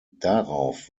darauf